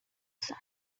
sun